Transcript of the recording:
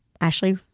Ashley